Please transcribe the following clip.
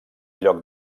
lloc